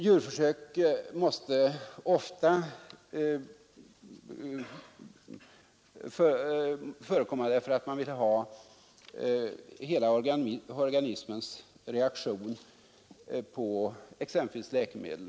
Djurförsök måste i många fall förekomma därför att man vill studera hela organismens reaktion på exempelvis läkemedel.